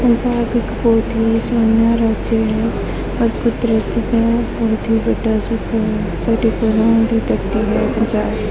ਪੰਜਾਬ ਇੱਕ ਬਹੁਤ ਹੀ ਸੋਹਣਾ ਰਾਜ ਹੈ ਔਰ ਕੁਦਰਤ ਦਾ ਬਹੁਤ ਹੀ ਵੱਡਾ ਅਜੂਬਾ ਹੈ ਸਾਡੇ ਗੁਰੂਆਂ ਦੀ ਧਰਤੀ ਹੈ ਪੰਜਾਬ